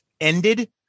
ended